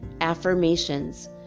affirmations